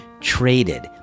traded